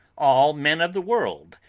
all men of the world,